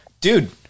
Dude